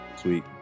Sweet